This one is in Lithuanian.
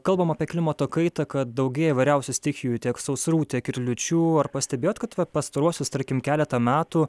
kalbam apie klimato kaitą kad daugėja įvairiausių stichijų tiek sausrų tiek ir liūčių ar pastebėjot kad vat pastaruosius tarkim keletą metų